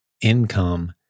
income